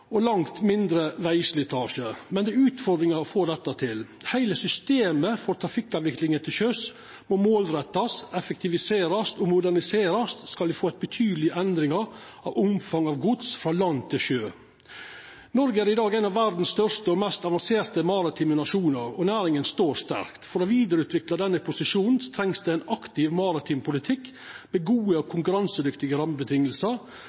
og langt mindre vegslitasje. Men det er utfordringar med å få dette til. Heile systemet for trafikkavviklinga til sjøs må målrettast, effektiviserast og moderniserast om me skal få ei betydeleg endring i omfanget av gods frå land til sjø. Noreg er i dag ein av verdas største og mest avanserte maritime nasjonar, og næringa står sterkt. For å vidareutvikla denne posisjonen trengst det ein aktiv maritim politikk med gode